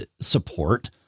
support